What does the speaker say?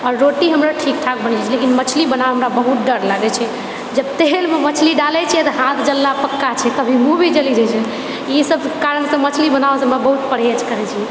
आओर रोटी हमर ठीकठाक बनि जाइत छै लेकिन मछली बनाबएमे हमरा बहुत डर लागैत छै जँ तेलमे मछली डालए छिऐ तऽ हाथ जलना पक्का छै कभी मूँहभी जलि जाइत छै ई सबके कारणसँ हम मछली बनावएसँ हम बहुत परहेज करैत छिए